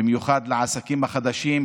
במיוחד בעניין העסקים החדשים,